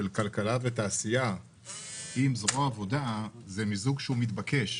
כלכלה ותעשייה עם זרוע העבודה זה מיזוג שהוא מתבקש.